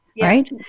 right